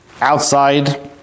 outside